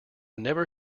never